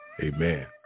Amen